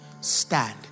stand